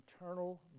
eternal